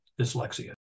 dyslexia